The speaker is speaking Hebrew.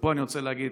ופה אני רוצה להגיד,